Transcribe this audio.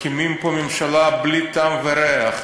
מקימים פה ממשלה בלי טעם וריח.